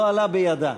לא עלה בידה.